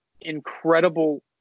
incredible